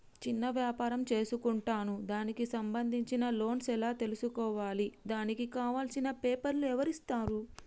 చిన్న వ్యాపారం చేసుకుంటాను దానికి సంబంధించిన లోన్స్ ఎలా తెలుసుకోవాలి దానికి కావాల్సిన పేపర్లు ఎవరిస్తారు?